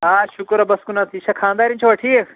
آ شُکُر رۄبَس کُنتھ یہِ چھا خانٛداریٚنۍ چھَوا ٹھیٖک